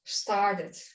started